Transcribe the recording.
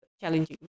challenging